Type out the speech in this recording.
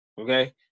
Okay